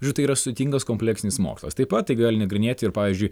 žodžiu tai yra sudėtingas kompleksinis mokslas taip pat tai gali nagrinėti ir pavyzdžiui